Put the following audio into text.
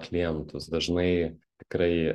klientus dažnai tikrai